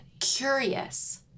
curious